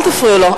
אל תפריעו לו.